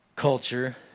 Culture